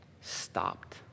stopped